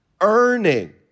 earning